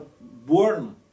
born